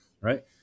Right